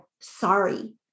Sorry